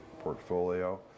portfolio